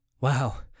Wow